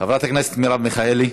חברת הכנסת מרב מיכאלי,